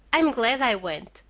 i'm glad i went.